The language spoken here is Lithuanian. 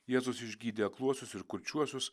jėzus išgydė akluosius ir kurčiuosius